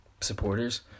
supporters